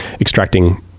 extracting